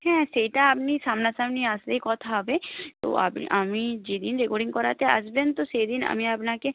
হ্যাঁ সেইটা আপনি সামনাসামনি আসলে কথা হবে তো আমি যে দিন রেকর্ডিং করাতে আসবেন তো সেই দিন আমি আপনাকে